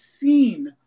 seen